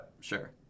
Sure